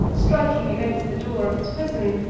striking against the door of his prison,